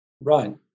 right